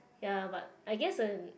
ya but I guess in